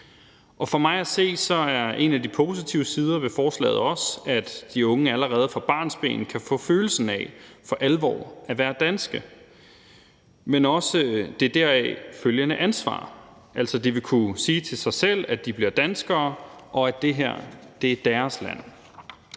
For mig at se er en af de positive sider ved forslaget også, at de unge allerede fra barnsben kan få følelsen af for alvor at være danske, men også få det deraf følgende ansvar. Altså, de vil kunne sige til sig selv, at de bliver danskere, og at det her er deres land.